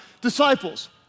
disciples